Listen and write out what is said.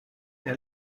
der